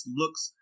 looks